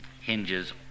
hinges